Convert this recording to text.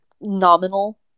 nominal